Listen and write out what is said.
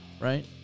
Right